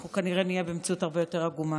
אנחנו כנראה נהיה במציאות הרבה יותר עגומה.